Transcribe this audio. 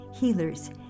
healers